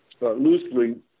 loosely